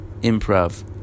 improv